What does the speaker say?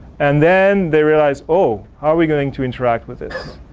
and then they realize. oh, how are we going to interact with this?